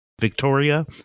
Victoria